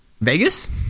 Vegas